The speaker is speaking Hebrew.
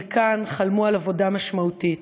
חלקן חלמו על עבודה משמעותית.